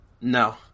No